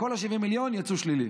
כל ה-70 מיליון יצאו שלילי.